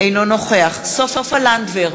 אינו נוכח סופה לנדבר,